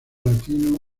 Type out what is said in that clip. latino